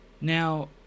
Now